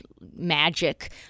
magic